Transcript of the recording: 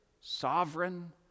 sovereign